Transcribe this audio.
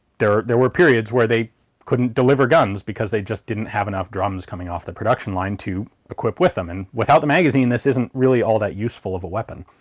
there. there were periods where they couldn't deliver guns because they just didn't have enough drums coming off the production line to equip with of them. and without the magazine this isn't really all that useful of a weapon.